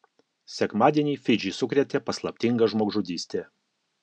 sekmadienį fidžį sukrėtė paslaptinga žmogžudystė